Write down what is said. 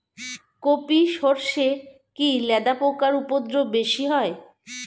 কোপ ই সরষে কি লেদা পোকার উপদ্রব বেশি হয়?